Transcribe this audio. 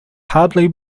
hardly